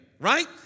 right